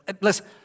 listen